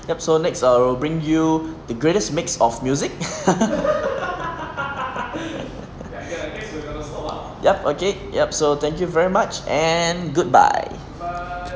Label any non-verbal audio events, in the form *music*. yup so next we will bring you the greatest mix of music *laughs* yup okay so thank you very much and goodbye